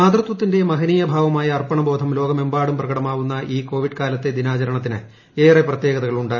മാതൃത്വത്തിന്റെ മഹനീയഭാവമായ അർപ്പണ ബോധം ലോകമെമ്പാടും പ്രകടമാവുന്ന ഈ കോവിഡ് കാലത്തെ ദിനാചരണത്തിന് ഏറെ പ്രത്യേകതകളുണ്ട്